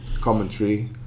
commentary